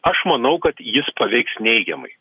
aš manau kad jis paveiks neigiamai